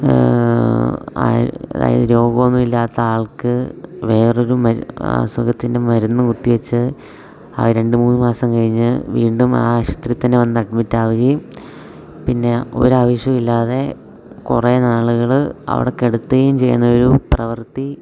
അതായത് രോഗമൊന്നുമില്ലാത്ത ആൾക്ക് വേറൊരു അസുഖത്തിൻ്റെ മരുന്ന് കുത്തിവെച്ച് അത് രണ്ടു മൂന്ന് മാസം കഴിഞ്ഞ് വീണ്ടും ആ ആശുപത്രിയിൽ തന്നെ വന്ന് അഡ്മിറ്റാവുകയും പിന്നെ ഒരാവിശ്യവുമില്ലാതെ കുറേ നാളുകൾ അവിടെ കിടത്തുകയും ചെയ്യുന്ന ഒരു പ്രവർത്തി